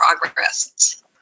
progress